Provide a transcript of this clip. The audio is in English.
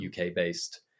UK-based